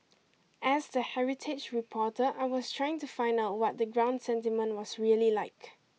as the heritage reporter I was trying to find out what the ground sentiment was really like